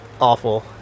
awful